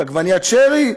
עגבניית שרי,